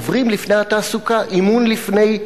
עוברים לפני התעסוקה אימון לפני תע"מ,